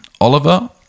Oliver